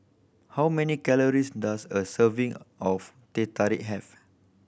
how many calories does a serving of Teh Tarik have